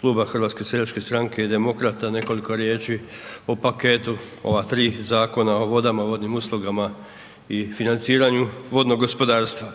kluba HSS-a i Demokrata, nekoliko riječi o paketu ova tri zakona o vodama, vodnim uslugama i financiranju vodnog gospodarstva.